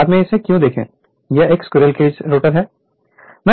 बाद में इसे क्यों देखें यह एक स्क्विरल केज रोटर है